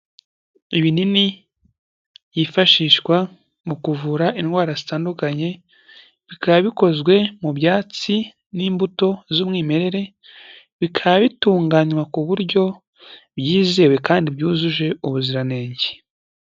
Ibinini yifashishwa mu kuvura indwara zitandukanye bikaba bikozwe mu byatsi n'imbuto z'umwimerere, bikaba bitunganywa ku buryo byizewe kandi byujuje ubuziranenge.